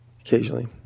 occasionally